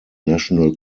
national